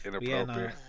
Inappropriate